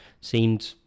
seemed